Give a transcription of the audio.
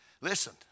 listen